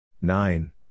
Nine